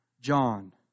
John